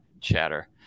chatter